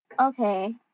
Okay